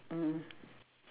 mm